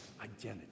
Identity